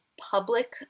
public